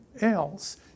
else